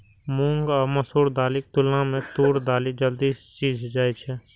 मूंग आ मसूर दालिक तुलना मे तूर दालि जल्दी सीझ जाइ छै